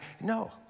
no